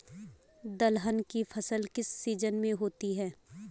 दलहन की फसल किस सीजन में होती है?